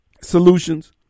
solutions